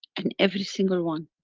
and every single one.